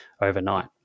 overnight